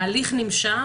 ההליך נמשך,